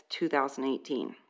2018